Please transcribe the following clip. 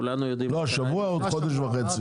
כולנו יודעים --- לא השבוע, עוד חודש וחצי.